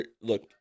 Look